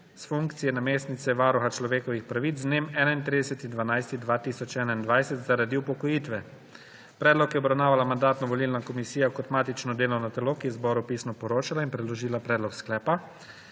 s funkcije namestnice varuha človekovih pravic z dnem 31. december 2021 zaradi upokojitve. Predlog je obravnavala Mandatno-volilna komisija kot matično delovno telo, ki je zboru pisno poročala in predložila predlog sklepa.